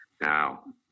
Now